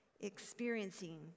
Experiencing